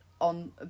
on